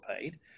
paid